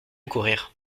courir